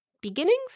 beginnings